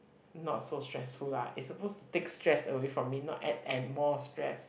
not so stressful lah it's supposed to take stress away from me not add and more stress